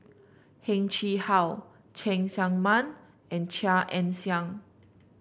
Heng Chee How Cheng Tsang Man and Chia Ann Siang